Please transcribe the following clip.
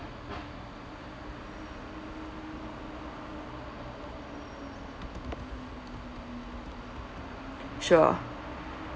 sure